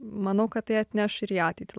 manau kad tai atneš ir į ateitį